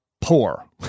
poor